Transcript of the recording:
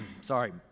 Sorry